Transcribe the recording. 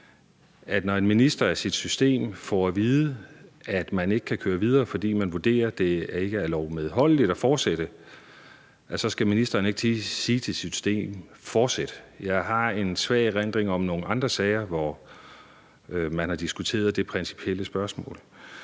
at når en minister af sit system får at vide, at man ikke kan køre videre, fordi man vurderer, at det ikke er lovmedholdeligt at fortsætte, så skal ministeren ikke sige til sit system, at de skal fortsætte. Jeg har en svag erindring om nogle andre sager, hvor man har diskuteret det principielle spørgsmål.